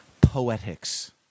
Poetics